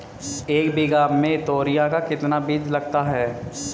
एक बीघा में तोरियां का कितना बीज लगता है?